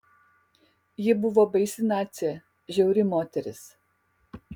ji buvo baisi nacė žiauri moteris